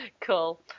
Cool